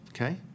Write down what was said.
okay